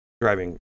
driving